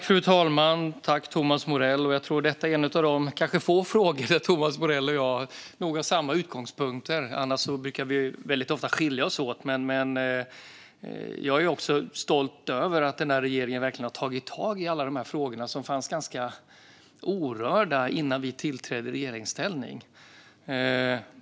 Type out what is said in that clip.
Fru talman! Tack, Thomas Morell! Jag tror kanske att detta är en av de få frågor där Thomas Morell och jag nog har samma utgångspunkt. Annars brukar vi väldigt ofta skilja oss åt. Jag är stolt över att den här regeringen verkligen har tagit tag i alla de här frågorna, som var ganska orörda innan vi tillträdde i regeringsställning.